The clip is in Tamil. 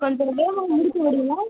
கொஞ்சம் வேகமாக முடிக்க முடியுமா